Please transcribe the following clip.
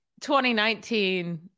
2019